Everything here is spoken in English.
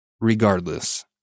Regardless